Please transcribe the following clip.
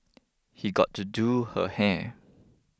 he got to do her hair